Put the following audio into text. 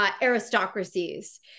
Aristocracies